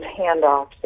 handoffs